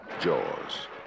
Jaws